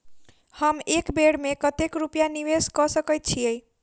हम एक बेर मे कतेक रूपया निवेश कऽ सकैत छीयै?